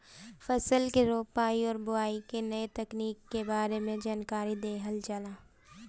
फसल के रोपाई और बोआई के नया तकनीकी के बारे में जानकारी देहल जाला